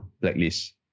blacklist